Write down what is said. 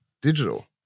digital